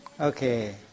Okay